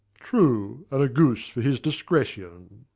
true and a goose for his discretion.